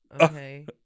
Okay